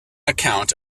account